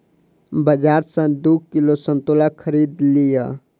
बाजार सॅ दू किलो संतोला खरीद लिअ